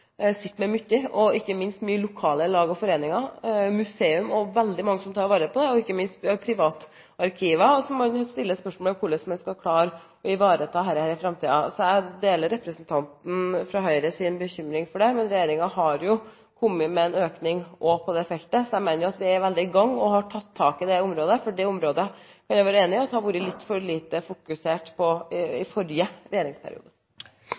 med mye, ikke minst mange lokale lag og foreninger og museum og veldig mange som tar vare på det, ikke minst privatarkiver, som man stiller spørsmål ved hvordan man skal klare å ivareta i framtiden. Jeg deler Høyre-representantens bekymring for det, men regjeringen har jo kommet med en økning også på det feltet, så jeg mener at vi er i gang og har tatt tak i dette området, for det området kan jeg være enig i har vært for lite fokusert på i forrige regjeringsperiode.